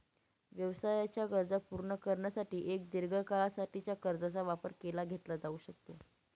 व्यवसायाच्या गरजा पूर्ण करण्यासाठी एक दीर्घ काळा साठीच्या कर्जाचा वापर केला घेतला जाऊ शकतो